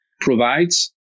provides